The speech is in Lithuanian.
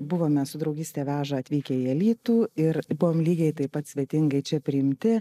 buvome su draugystė veža atvykę į alytų ir buvom lygiai taip pat svetingai čia priimti